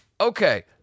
Okay